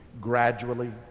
gradually